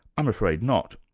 i'm afraid not,